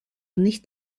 nicht